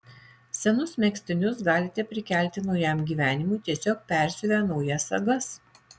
senus megztinius galite prikelti naujam gyvenimui tiesiog persiuvę naujas sagas